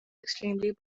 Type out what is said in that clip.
extremely